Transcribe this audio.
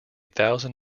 thousand